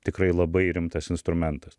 tikrai labai rimtas instrumentas